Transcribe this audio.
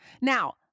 Now